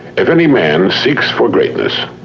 if any man seeks for greatness,